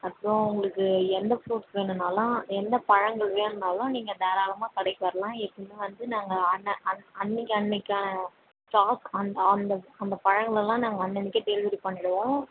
அப்புறம் உங்களுக்கு எந்த ஃப்ரூட்ஸ் வேணுன்னாலும் எந்த பழங்கள் வேணுன்னாலும் நீங்கள் தாராளமாக கடைக்கு வரலாம் எப்பயுமே வந்து நாங்கள் அன்ன அன் அன்றைக்கி அன்றைக்கி ஸ்டாக் அந்த அந்த அந்த பழங்களெல்லாம் நாங்கள் அன்னன்றைக்கே டெலிவரி பண்ணிவிடுவோம்